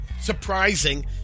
surprising